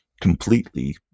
completely